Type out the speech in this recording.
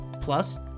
Plus